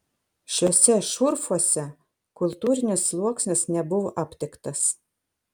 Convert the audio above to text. šiuose šurfuose kultūrinis sluoksnis nebuvo aptiktas